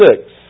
six